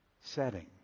setting